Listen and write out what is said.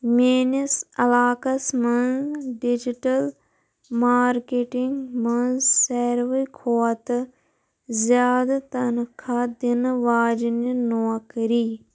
میٲنِس علاقس منز ڈِجٕٹل مارکٮ۪ٹِنٛگ منٛز ساروٕے کھۄتہٕ زیادٕ تنخاہ دِنہٕ واجنِہ نوکری